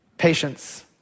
patience